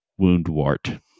Woundwart